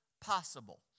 possible